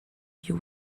you